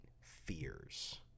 fears